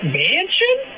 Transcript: mansion